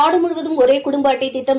நாடு முழுவதும் ஒரே குடும்ப அட்டை திட்டம்